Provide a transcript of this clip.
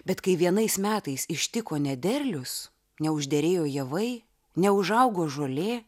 bet kai vienais metais ištiko nederlius neužderėjo javai neužaugo žolė